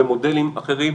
במודלים אחרים.